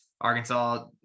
Arkansas